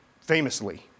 famously